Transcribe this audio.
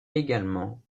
également